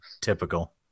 typical